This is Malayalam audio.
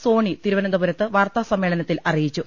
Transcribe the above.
സോണി തിരുവനന്തപുരത്ത് വാർത്താ സമ്മേളനത്തിൽ അറിയിച്ചു